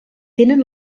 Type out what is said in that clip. tenen